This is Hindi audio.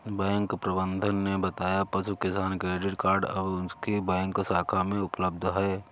बैंक प्रबंधक ने बताया पशु किसान क्रेडिट कार्ड अब उनकी बैंक शाखा में उपलब्ध है